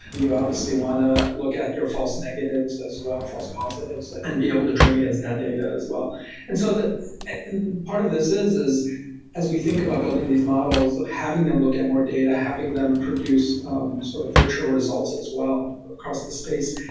you obviously want to look at your false negatives as well as false positives and be able to train against that data as well and so part of this is is as we think about building these models, having them look at more data, having them produce sort of ritual results as well across the space.